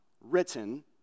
written